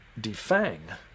defang